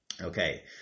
Okay